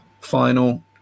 final